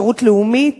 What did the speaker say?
שירות לאומי,